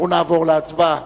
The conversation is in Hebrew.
אנחנו נעבור להצבעה.